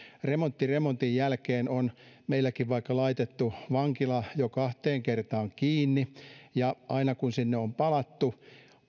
remontti remontin jälkeen on meilläkin vaikka laitettu vankila jo kahteen kertaan kiinni ja aina kun sinne on palattu